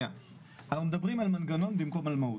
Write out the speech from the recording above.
אנחנו מדברים על מנגנון במקום על מהות.